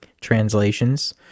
translations